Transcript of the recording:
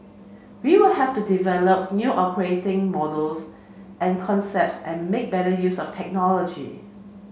we will have to develop new operating models and concepts and make better use of technology